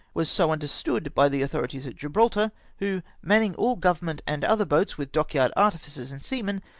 was so understood by the authorities at gibral tar, who, manning all government and other boats with dockyard artificers and seamen,